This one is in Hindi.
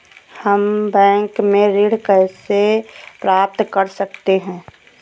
हम बैंक से ऋण कैसे प्राप्त कर सकते हैं?